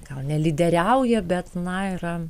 gal ne lyderiauja bet na yra